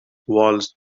walls